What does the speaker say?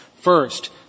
First